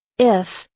if,